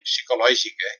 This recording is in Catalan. psicològica